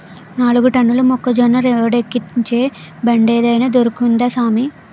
నాలుగు టన్నుల మొక్కజొన్న రోడ్డేక్కించే బండేదైన దొరుకుద్దా సామీ